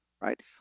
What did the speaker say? right